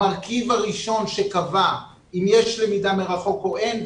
המרכיב הראשון שקבע אם יש למידה מרחוק או אין,